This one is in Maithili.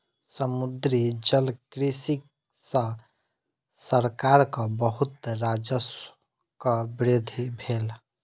समुद्री जलकृषि सॅ सरकारक बहुत राजस्वक वृद्धि भेल